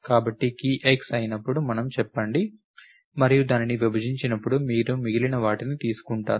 కాబట్టి key x అయినప్పుడు మనం చెప్పండి మరియు దానిని విభజించినప్పుడు మీరు మిగిలిన వాటిని తీసుకుంటారు